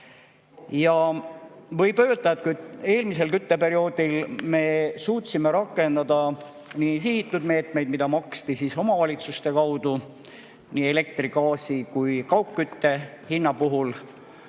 Võib öelda, et eelmisel kütteperioodil me suutsime rakendada nii sihitud meetmeid, mida maksti omavalitsuste kaudu elektri, gaasi ja kaugkütte hinna puhul,